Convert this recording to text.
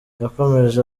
yakomeje